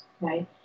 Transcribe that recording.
right